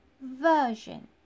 version